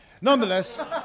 Nonetheless